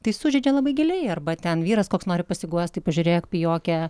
tai sužeidžia labai giliai arba ten vyras koks nori pasiguosti pažiūrėk pijokę